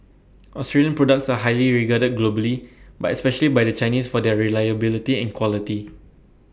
Australian products are highly regarded globally but especially by the Chinese for their reliability and quality